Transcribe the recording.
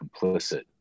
complicit